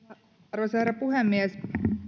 arvoisa herra puhemies